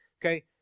okay